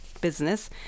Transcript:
business